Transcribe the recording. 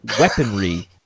weaponry